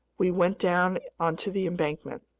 we went down onto the embankment.